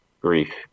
grief